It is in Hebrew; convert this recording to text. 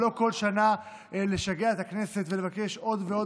ולא כל שנה לשגע את הכנסת ולבקש עוד ועוד